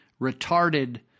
retarded